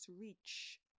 reach